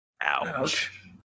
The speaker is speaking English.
Ouch